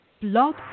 Blog